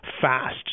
fast